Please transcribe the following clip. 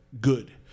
good